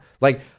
Like-